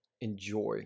enjoy